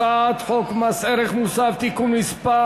הצעת חוק מס ערך מוסף (תיקון,